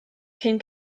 cyn